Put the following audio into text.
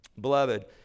Beloved